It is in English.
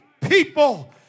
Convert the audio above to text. people